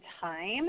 time